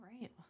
right